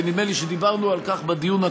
ונדמה לי שדיברנו על כך בדיון הקודם,